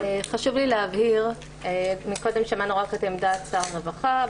קודם שמענו רק את עמדת שר הרווחה,